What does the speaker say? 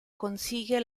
consigue